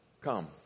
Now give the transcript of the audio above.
Come